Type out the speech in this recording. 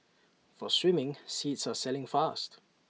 for swimming seats are selling fast